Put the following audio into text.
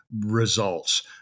results